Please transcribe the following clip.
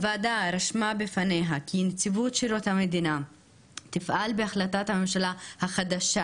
הוועדה רשמה בפניה כי נציבות שירות המדינה תפעל בהחלטת הממשלה החדשה